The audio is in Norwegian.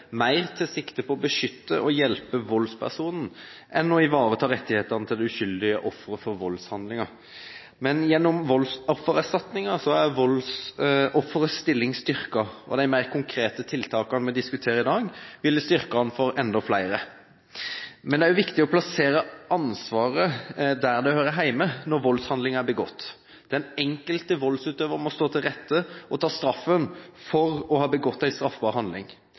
mer sikte på å beskytte og hjelpe voldspersonen enn å ivareta rettighetene til det uskyldige offeret for voldshandlingen. Men gjennom voldsoffererstatningen er voldsofferets stilling styrket, og de mer konkrete tiltakene vi diskuterer i dag, ville styrket den for enda flere. Det er også viktig å plassere ansvaret der det hører hjemme når voldshandlingen er begått. Den enkelte voldsutøver må stå til rette og ta straffen for å ha begått en straffbar handling.